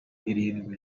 irindwi